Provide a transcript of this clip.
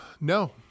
No